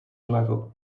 level